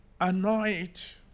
Anoint